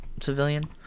civilian